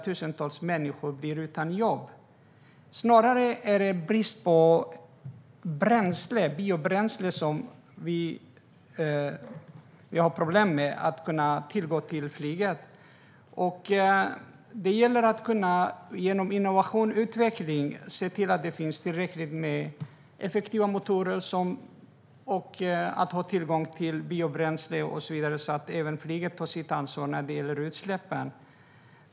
Tusentals människor kommer att bli utan jobb. Problemet är snarare brist på biobränsle till flyget. Det gäller att genom innovation och utveckling se till att det finns tillräckligt med effektiva motorer och god tillgång på biobränsle så att även flyget kan ta sitt ansvar vad gäller utsläppen.